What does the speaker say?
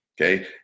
Okay